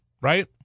right